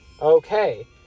Okay